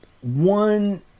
One